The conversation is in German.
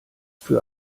für